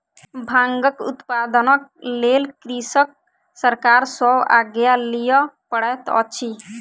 भांगक उत्पादनक लेल कृषक सरकार सॅ आज्ञा लिअ पड़ैत अछि